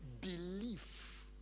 belief